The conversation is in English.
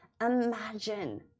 Imagine